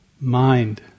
mind